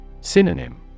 Synonym